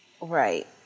Right